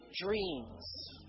dreams